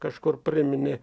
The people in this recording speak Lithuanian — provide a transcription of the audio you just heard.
kažkur priminė